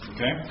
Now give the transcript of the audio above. Okay